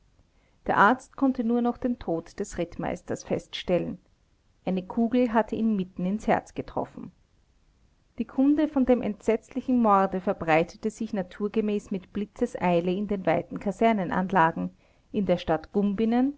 der arzt konnte nur noch den tod des rittmeisters feststellen stellen eine kugel hatte ihn mitten ins herz getroffen die kunde von dem entsetzlichen morde verbreitete sich naturgemäß mit blitzeseile in den weiten kasernenanlagen in der stadt